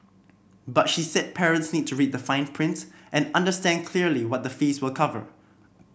but she said parents need to read the fine print and understand clearly what the fees will cover